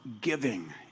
giving